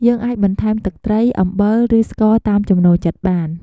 យើងអាចបន្ថែមទឹកត្រី អំបិល ឬស្ករតាមចំណូលចិត្តបាន។